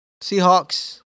Seahawks